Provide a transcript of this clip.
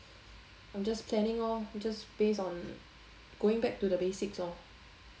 I'm just planning lor just based on going back to the basics lor